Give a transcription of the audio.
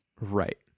right